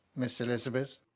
miss elizabeth?